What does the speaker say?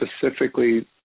specifically